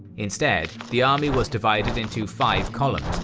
instead, the army was divided into five columns,